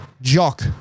Jock